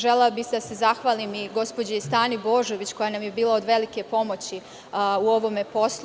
Želela bih da se zahvalim i gospođi Stani Božović, koja nam je bila od velike pomoći u ovom poslu.